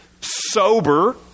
sober